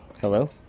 Hello